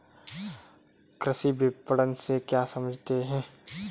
कृषि विपणन से क्या समझते हैं?